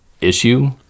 issue